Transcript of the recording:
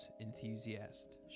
enthusiast